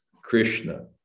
Krishna